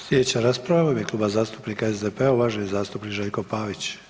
Slijedeća rasprava u ime Kluba zastupnika SDP-a, uvaženi zastupnik Željko Pavić.